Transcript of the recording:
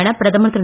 என பிரதமர் திரு